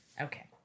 Okay